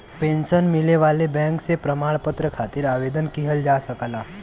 pension मिले वाले bank से प्रमाण पत्र खातिर आवेदन किहल जा सकला